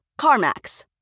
CarMax